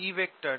E